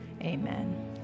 amen